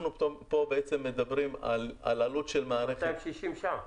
אנחנו פה מדברים על עלות של מערכת -- 260 שקלים?